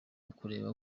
ukureba